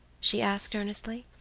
she asked, earnestly.